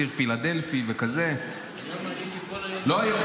בציר פילדלפי וכזה --- היום הייתי כל היום --- לא היום,